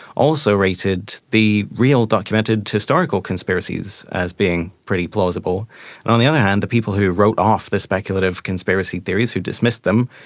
also rated the real documented historical conspiracies as being pretty plausible. and on the other hand, the people who wrote off the speculative conspiracy theories, who dismissed them,